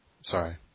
Sorry